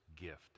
gift